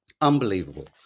unbelievable